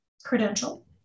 credential